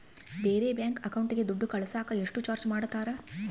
ಬೇರೆ ಬ್ಯಾಂಕ್ ಅಕೌಂಟಿಗೆ ದುಡ್ಡು ಕಳಸಾಕ ಎಷ್ಟು ಚಾರ್ಜ್ ಮಾಡತಾರ?